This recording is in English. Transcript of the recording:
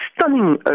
stunning